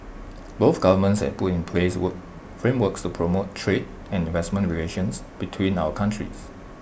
both governments have put in place work frameworks to promote trade and investment relations between our countries